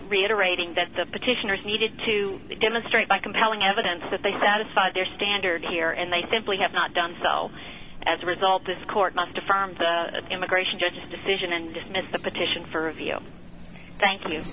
reiterating that the petitioners needed to demonstrate by compelling evidence that they satisfied their standard here and they simply have not done so as a result this court must affirm the immigration judge decision and dismiss the petition for a view thank you